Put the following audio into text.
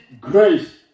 grace